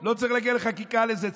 לא צריך להגיע לחקיקה לזה.